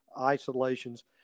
Isolations